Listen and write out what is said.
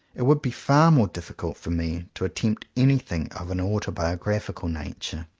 it would be far more difficult for me to attempt anything of an autobiographical nature.